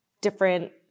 different